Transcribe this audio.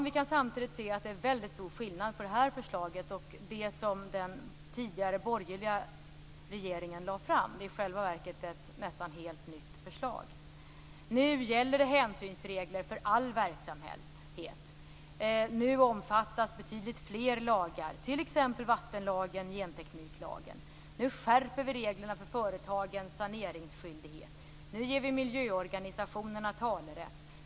Vi kan samtidigt se att det är väldigt stor skillnad på det här förslaget och det som den tidigare borgerliga regeringen lade fram. Det är i själva verket ett nästan helt nytt förslag. Nu gäller hänsynsregler för all verksamhet. Nu omfattas betydligt fler lagar, t.ex. vattenlagen och gentekniklagen. Nu skärper vi reglerna för företagens saneringsskyldighet. Nu ger vi miljöorganisationerna talerätt.